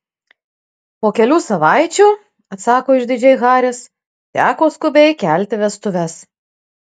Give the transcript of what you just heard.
po kelių savaičių atsako išdidžiai haris teko skubiai kelti vestuves